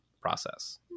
process